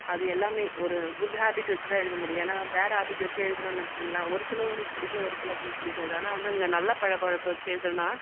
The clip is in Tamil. அது எல்லாமே ஒரு குட் ஹாபிட் வச்சு தான் எழுத முடியும் ஏன்னா பேட் ஹாபிட் வச்சு எழுதுனோம்னு வச்சுக்கோங்கள ஒரு சிலவங்களுக்கு பிடிக்கும் ஒரு சிலவங்களுக்கு பிடிக்காது ஆனால் வந்து நல்ல பழக்க வழக்கம் வச்சு எழுதணுனா